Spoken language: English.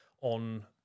on